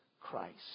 Christ